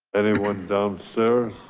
anyone dumb, sir.